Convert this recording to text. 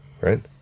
right